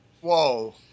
Whoa